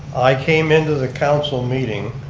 i came in to the council meeting,